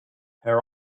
her